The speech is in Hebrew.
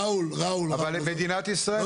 אבל מדינת ישראל --- ראול,